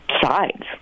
sides